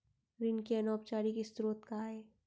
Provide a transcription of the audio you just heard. ऋण के अनौपचारिक स्रोत का आय?